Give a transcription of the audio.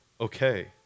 okay